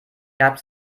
gab